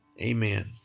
amen